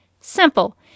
Simple